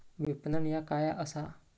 विपणन ह्या काय असा?